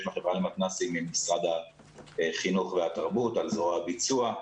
לחברה למתנ"סים עם משרד החינוך והתרבות על זרוע הביצוע.